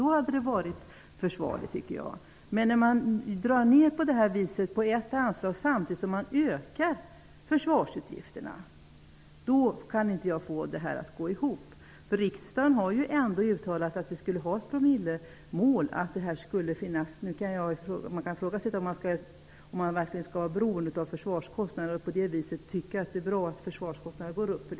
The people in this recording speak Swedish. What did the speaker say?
Då hade det varit försvarbart. Man drar på detta vis ner på ett anslag samtidigt som man ökar försvarsutgifterna. Jag kan inte få det att gå ihop. Riksdagen har ju ändå uttalat att det skall vara ett promillemål. Man kan i och för sig ifrågasätta om man verkligen skall vara beroende av försvarskostnader och på det viset tycka att det är bra att försvarskostnaderna stiger.